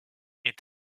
est